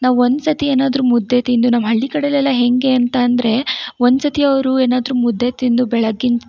ನಾವು ಒಂದ್ಸತಿ ಏನಾದರೂ ಮುದ್ದೆ ತಿಂದು ನಮ್ಮ ಹಳ್ಳಿಕಡೆಲೆಲ್ಲ ಹೇಗೆ ಅಂತ ಅಂದರೆ ಒಂದ್ಸತಿ ಅವರು ಏನಾದರೂ ಮುದ್ದೆ ತಿಂದು ಬೆಳಗ್ಗಿನ